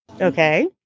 Okay